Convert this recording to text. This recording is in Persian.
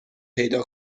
پیدا